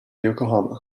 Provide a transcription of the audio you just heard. yokohama